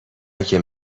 اگه